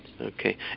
Okay